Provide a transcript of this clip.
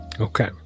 Okay